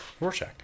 Rorschach